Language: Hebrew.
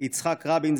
יצחק רבין,